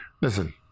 listen